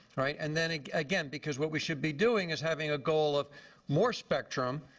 right? and then again, because what we should be doing is having a goal of more spectrum,